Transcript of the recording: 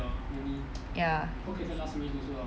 ya